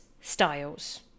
styles